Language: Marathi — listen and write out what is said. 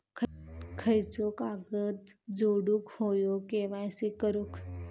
खयचो कागद जोडुक होयो के.वाय.सी करूक?